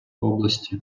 області